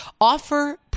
offer